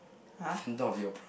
phantom of the opera